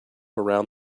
around